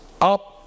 up